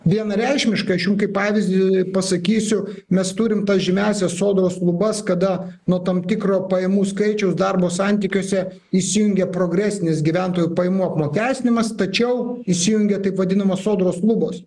vienareikšmiškai aš jum kaip pavyzdį pasakysiu mes turim tas žymiąsias sodros lubas kada nuo tam tikro pajamų skaičiaus darbo santykiuose įsijungia progresinis gyventojų pajamų apmokestinimas tačiau įsijungia taip vadinamos sodros lubos